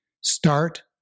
start